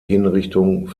hinrichtung